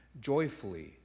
joyfully